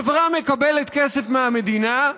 חברה מקבלת כסף מהמדינה,